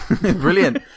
brilliant